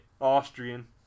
Austrian